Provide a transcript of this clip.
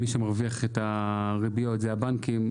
ומי שמרוויח את הריביות הם הבנקים.